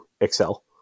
excel